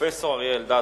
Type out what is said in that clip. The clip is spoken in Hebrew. פרופסור אריה אלדד,